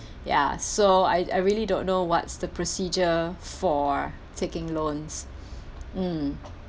ya so I I really don't know what's the procedure for taking loans mm